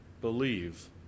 believe